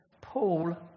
Paul